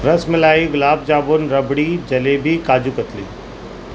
ras malai gulab jamun rabri jalebi kaju katli